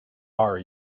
are